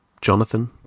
Jonathan